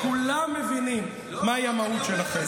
כולם מבינים מהי המהות שלכם.